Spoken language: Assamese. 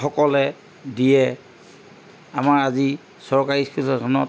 সকলে দিয়ে আমাৰ আজি চৰকাৰী স্কুল এখনত